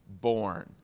born